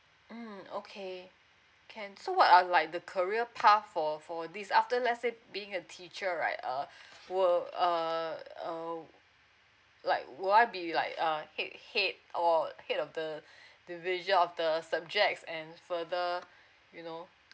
mm okay can so what uh like the career path for for this after let's say being a teacher right uh will err err like would I be like ah head head or head of the the visual of the subjects and further you know